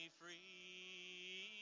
free